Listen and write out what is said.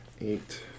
eight